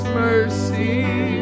mercy